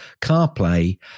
CarPlay